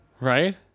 Right